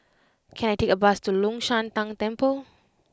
can I take a bus to Long Shan Tang Temple